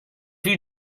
you